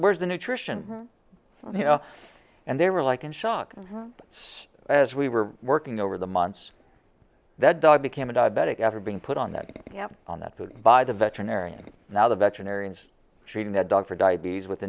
there's the nutrition you know and they were like in shock as we were working over the months that dog became a diabetic after being put on that on that food by the veterinarian now the veterinarians treating the dog for diabetes with